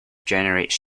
generates